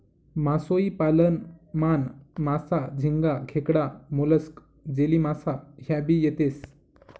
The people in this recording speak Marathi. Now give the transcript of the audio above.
मासोई पालन मान, मासा, झिंगा, खेकडा, मोलस्क, जेलीमासा ह्या भी येतेस